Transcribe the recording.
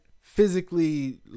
physically